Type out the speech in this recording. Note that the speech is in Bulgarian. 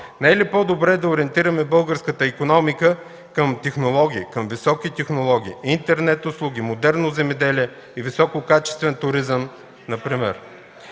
Не е ли по-добре да ориентираме българската икономика към технологии, към високи технологии, интернет услуги, модерно земеделие и висококачествен туризъм например.